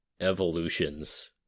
evolutions